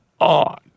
on